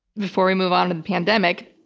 before we move on to the pandemic,